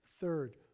third